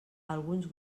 alguns